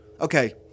okay